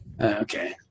Okay